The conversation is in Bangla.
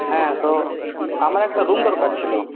হ্যাঁ তো আমার একটা রুম দরকার ছিল